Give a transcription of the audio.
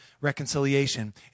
reconciliation